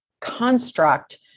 construct